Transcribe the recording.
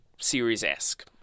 series-esque